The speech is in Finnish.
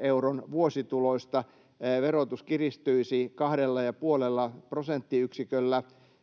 euron vuosituloista verotus kiristyisi 2,5 prosenttiyksiköllä